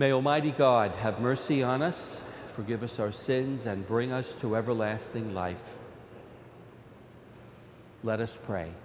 may almighty god have mercy on us forgive us our sins and bring us to everlasting life let us pray